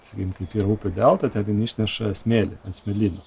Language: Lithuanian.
sakykim kaip yra upių delta ten išneša smėlį ant smėlynų